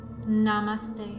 Namaste